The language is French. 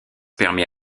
permet